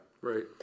Right